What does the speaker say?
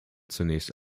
zunächst